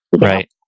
right